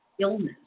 illness